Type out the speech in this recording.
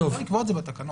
אפשר לקבוע את זה בתקנות.